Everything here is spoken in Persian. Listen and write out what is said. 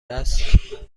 است